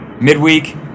midweek